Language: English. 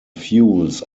fuels